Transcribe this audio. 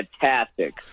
fantastic